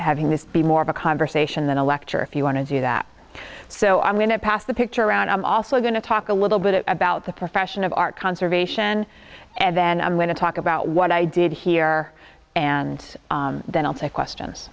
having this be more of a conversation than a lecture if you want to do that so i'm going to pass the picture around i'm also going to talk a little bit about the profession of our conservation and then i'm going to talk about what i did here and then i'll take questions